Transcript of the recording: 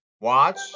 Watch